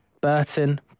Burton